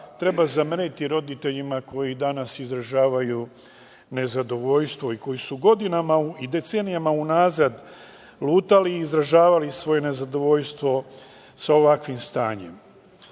treba zameriti roditeljima koji danas izražavaju nezadovoljstvo i koji su godinama i decenijama unazad lutali i izražavali svoje nezadovoljstvo sa ovakvim stanjem.